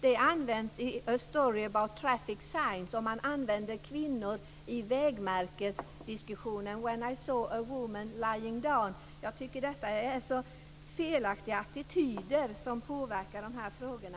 I A Story About Traffic Signs används kvinnor i vägmärkesdiskussionen: "- when I saw a woman lying down." Detta är så felaktiga attityder som påverkar frågorna.